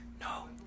No